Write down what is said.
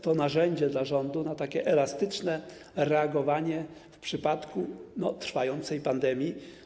To narzędzie dla rządu do takiego elastycznego reagowania w przypadku trwającej pandemii.